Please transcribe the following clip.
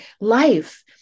life